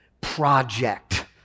project